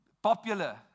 Popular